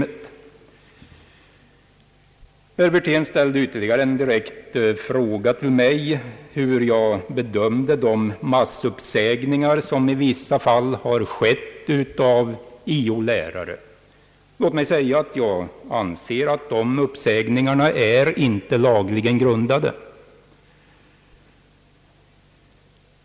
Herr Wirtén ställde en direkt fråga till mig hur jag bedömde de massuppsägningar som i vissa fall skett av ickeordinarie lärare. Jag anser att de uppsägningarna inte är lagligt grundade.